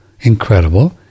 incredible